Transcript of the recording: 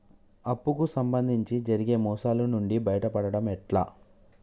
అప్పు కు సంబంధించి జరిగే మోసాలు నుండి బయటపడడం ఎట్లా?